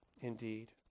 indeed